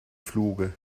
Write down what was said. fluge